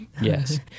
Yes